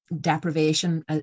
deprivation